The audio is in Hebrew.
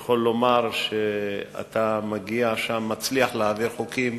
יכול לומר שאתה מצליח להעביר חוקים